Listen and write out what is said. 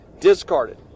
discarded